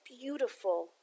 beautiful